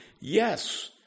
Yes